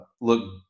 look